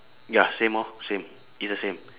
ya same orh same it's the same